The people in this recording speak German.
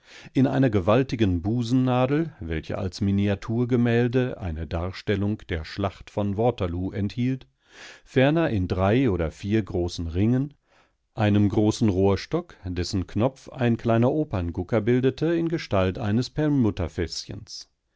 in einer gewaltigen busennadel welche als miniaturgemälde eine darstellung der schlacht von waterloo enthielt ferner in drei oder vier großen ringen einem großen rohrstock dessen knopf ein kleiner operngucker bildete in gestalt eines